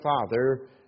Father